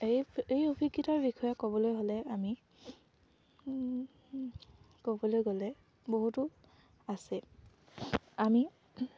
এই এই অভিজ্ঞতাৰ বিষয়ে ক'বলৈ হ'লে আমি ক'বলৈ গ'লে বহুতো আছে আমি